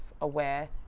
aware